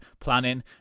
planning